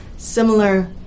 similar